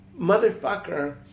Motherfucker